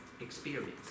experience